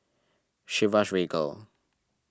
Chivas Regal